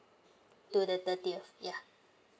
to the thirtieth ya